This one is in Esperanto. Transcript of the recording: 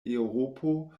eŭropo